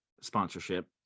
sponsorship